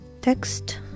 Text